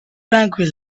tranquil